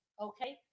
Okay